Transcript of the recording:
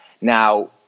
Now